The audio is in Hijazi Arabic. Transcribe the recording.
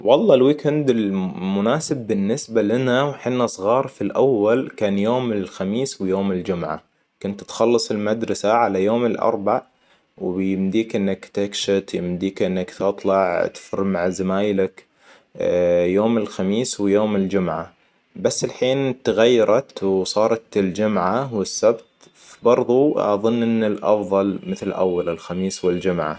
والله الويك إند المناسب بالنسبة لنا وحنا صغار في الأول كان يوم الخميس ويوم الجمعة. كنت تخلص المدرسة على يوم الاربع ويمديك إنك تكشت يمديك انك تطلع تفرم عزمايلك. يوم الخميس ويوم الجمعة. بس الحين تغيرت وصارت الجمعة والسبت. برضو اظن إن الأفضل مثل أول الخميس والجمعة